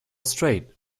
straight